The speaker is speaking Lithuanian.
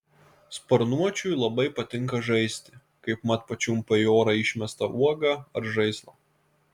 sparnuočiui labai patinka žaisti kaipmat pačiumpa į orą išmestą uogą ar žaislą